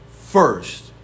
first